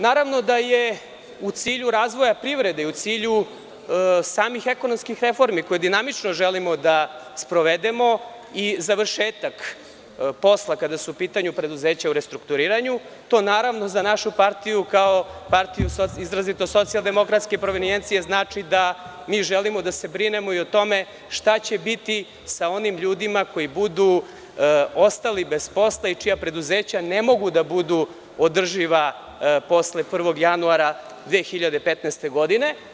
Naravno da je u cilju razvoja privrede i u cilju samih ekonomskih reformi koje dinamično želimo da sprovedemo i završetak posla, kada su u pitanju preduzeća koja su u restrukturiranju i to naravno za našu partiju, kao partiju SDP, znači da mi želimo da se brinemo i o tome šta će biti sa onim ljudima koji budu ostali bez posla i čija preduzeća ne mogu da budu održiva posle 1. januara 2015. godine.